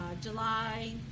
July